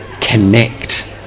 connect